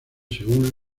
según